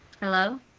Hello